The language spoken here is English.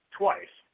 twice